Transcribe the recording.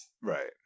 Right